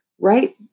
right